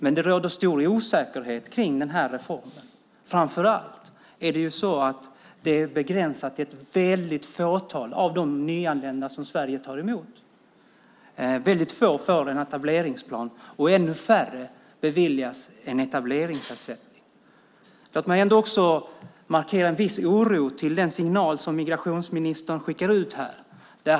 Men det råder en stor osäkerhet kring den här reformen. Framför allt är det hela begränsat till ett litet fåtal av de nyanlända som Sverige tar emot. Väldigt få får en etableringsplan, och ännu färre beviljas etableringsersättning. Låt mig också markera en viss oro inför den signal som migrationsministern här skickar ut.